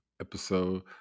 episode